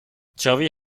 jerry